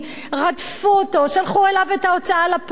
רדפו אותו, שלחו אליו את ההוצאה לפועל.